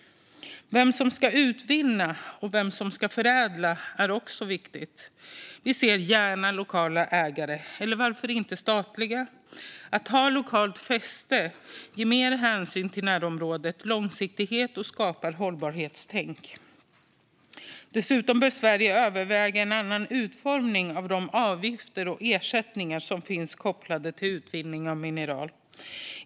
Vem som ska utvinna och vem som ska förädla är också viktigt. Vi ser gärna lokala ägare - eller varför inte statliga? Ett lokalt fäste ger mer hänsyn till närområdet och långsiktighet samt skapar ett hållbarhetstänk. Dessutom bör Sverige överväga en annan utformning av de avgifter och ersättningar som är kopplade till utvinning av mineral.